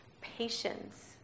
patience